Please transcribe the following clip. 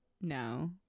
No